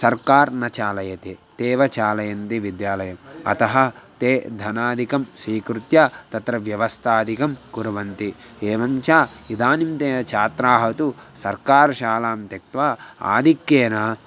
सर्वकारः न चालयति तेव चालयन्ति विद्यालयम् अतः ते धनादिकं स्वीकृत्य तत्र व्यवस्थादिकं कुर्वन्ति एवं च इदानींतनाः छात्राः तु सर्वकारशालां त्यक्त्वा आधिक्येन